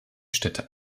städte